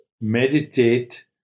meditate